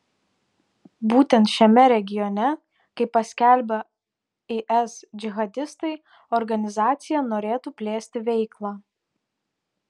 būtent šiame regione kaip paskelbė is džihadistai organizacija norėtų plėsti veiklą